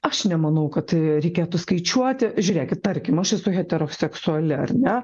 aš nemanau kad reikėtų skaičiuoti žiūrėkit tarkim aš esu heteroseksuali ar ne